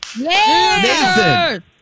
Nathan